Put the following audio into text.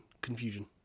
confusion